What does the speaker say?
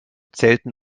zählten